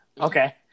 Okay